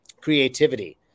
creativity